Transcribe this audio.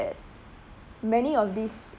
that many of these